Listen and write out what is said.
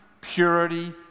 purity